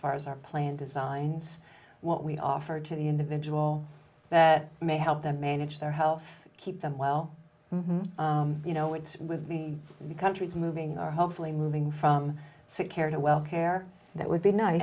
far as our plan designs what we offer to the individual that may help them manage their health keep them well you know it's with the countries moving are hopefully moving from secure to well care that would be nice